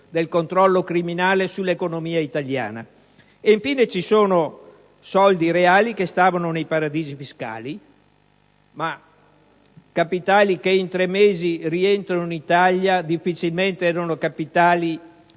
ma l'aumento del controllo criminale sull'economia italiana. Infine, ci sono soldi reali che stavano nei paradisi fiscali; ma capitali che in tre mesi rientrano in Italia difficilmente appartengono